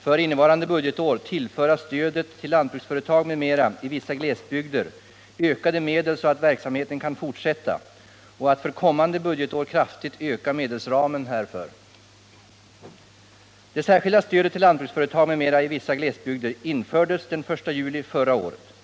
för innevarande budgetår tillföra stödet till lantbruksföretag m.m. i vissa glesbygder ökade medel så att verksamheten kan fortsätta och att för kommande budgetår kraftigt öka medelsramen härför. Det särskilda stödet till lantbruksföretag m.m. i vissa glesbygder infördes den 1 juli förra året.